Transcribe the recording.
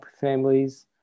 families